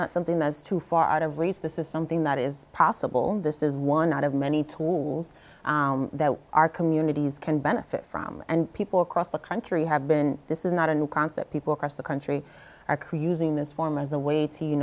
not something that is too far out of reach this is something that is possible this is one out of many tools that our communities can benefit from and people across the country have been this is not a new concept people across the country are creating this form as a way to you